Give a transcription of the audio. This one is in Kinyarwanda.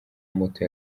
moto